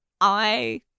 I-